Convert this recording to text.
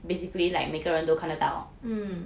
mm